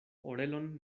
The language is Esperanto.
orelon